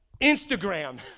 Instagram